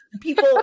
people